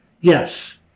Yes